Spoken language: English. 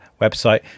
website